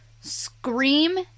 scream